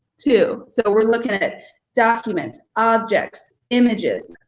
too. so we're looking at documents, objects, images,